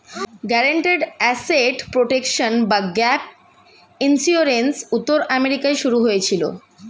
guaranteed asset protection বা gap insurance উত্তর আমেরিকায় শুরু হয়েছিল